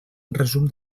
resum